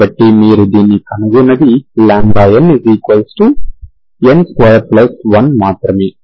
కాబట్టి మీరు దీన్ని కనుగొన్నది nn21 మాత్రమే